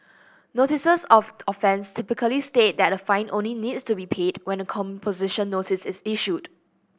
notices of offence typically state that a fine only needs to be paid when a composition notice is issued